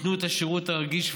ייתנו את השירות הרגיש,